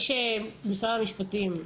משרד המשפטים,